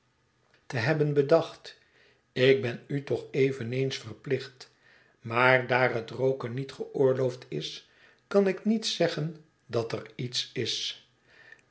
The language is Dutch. te hebben bedacht ik ben u toch eveneens verplicht maar daar het rooken niet geoorloofd is kan ik niet zeggen dat er iets is